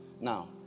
Now